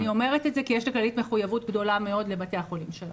אני אומרת את זה כי יש לכללית מחויבות גדולה מאוד לבתי החולים שלה.